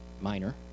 minor